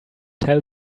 tell